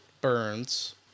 Burns